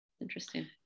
interesting